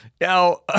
Now